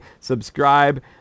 subscribe